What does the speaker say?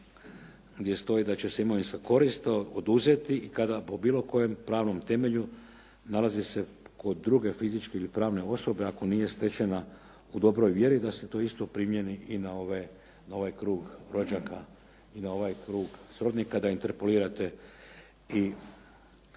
gdje stoji da će se imovinska korist oduzeti i kada po bilo kojem pravnom temelju nalazi se kod druge fizičke ili pravne osobe ako nije stečena u dobroj vjeri da se to isto primijeni i na ove, na ovaj krug rođaka i na ovaj krug srodnika da interpelirate i